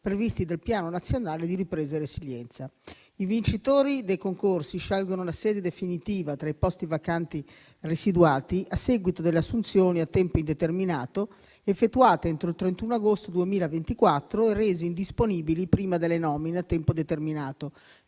previsti dal Piano nazionale di ripresa e resilienza. I vincitori dei concorsi scelgono la sede definitiva tra i posti vacanti residuati a seguito delle assunzioni a tempo indeterminato effettuate entro il 31 agosto 2024 e resi disponibili prima delle nomine a tempo determinato,